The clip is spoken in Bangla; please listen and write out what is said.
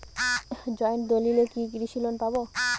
জয়েন্ট দলিলে কি কৃষি লোন পাব?